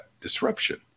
disruption